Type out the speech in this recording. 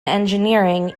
engineering